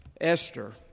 Esther